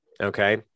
Okay